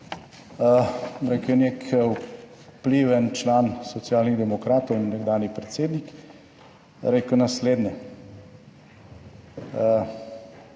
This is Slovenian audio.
rekel, je nek vpliven član Socialnih demokratov in nekdanji predsednik rekel naslednje